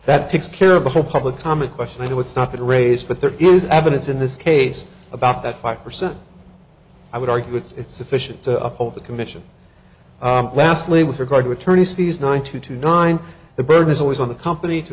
that takes care of the whole public comment question i know it's not been raised but there is evidence in this case about that five percent i would argue it's sufficient to uphold the commission lastly with regard to attorney's fees nine two two nine the burden is always on the company to